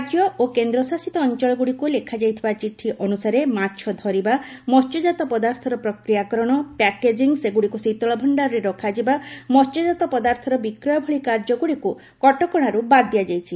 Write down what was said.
ରାଜ୍ୟ ଓ କେନ୍ଦ୍ରଶାସିତ ଅଞ୍ଚଳଗୁଡ଼ିକୁ ଲେଖାଯାଇଥିବା ଚିଠି ଅନୁସାରେ ମାଛ ଧରିବା ମସ୍ୟଜାତ ପଦାର୍ଥର ପ୍ରକ୍ରିୟାକରଣ ପ୍ୟାକେଜିଂ ସେଗୁଡ଼ିକୁ ଶୀତଳଭଶ୍ତାରରେ ରଖାଯିବା ମସ୍ୟଜାତ ପଦାର୍ଥର ବିକ୍ରୟ ଭଳି କାର୍ଯ୍ୟଗୁଡ଼ିକୁ କଟକଣାରୁ ବାଦ୍ ଦିଆଯାଇଛି